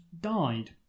died